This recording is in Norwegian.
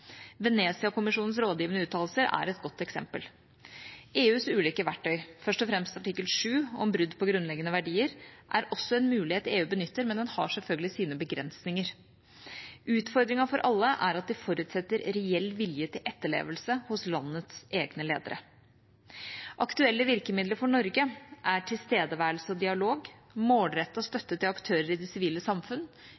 Venezia-kommisjonens rådgivende uttalelser er et godt eksempel. EUs ulike verktøy, først og fremst artikkel 7, om brudd på grunnleggende verdier, er også en mulighet EU benytter, men den har selvfølgelig sine begrensninger. Utfordringen for alle er at de forutsetter reell vilje til etterlevelse hos landets egne ledere. Aktuelle virkemidler for Norge er tilstedeværelse og dialog,